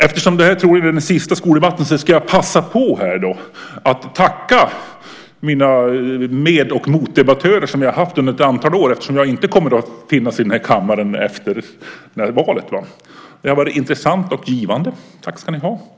Eftersom detta troligen är den sista skoldebatten ska jag passa på att tacka dem som har varit mina med och motdebattörer under ett antal år eftersom jag inte kommer att finnas i denna kammare efter valet. Det har varit intressant och givande. Tack ska ni ha.